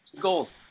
goals